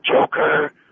Joker